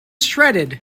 shredded